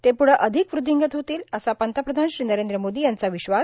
ते पुढं अधिक वृद्धिंगत होतील असा पंतप्रधान श्री नरेंद्र मोदी यांचा विश्वास